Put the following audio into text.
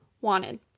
wanted